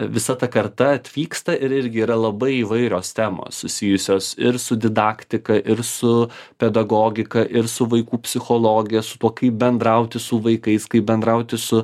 visa ta karta atvyksta ir irgi yra labai įvairios temos susijusios ir su didaktika ir su pedagogika ir su vaikų psichologija su tuo kaip bendrauti su vaikais kaip bendrauti su